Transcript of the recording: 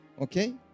Okay